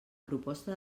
proposta